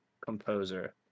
composer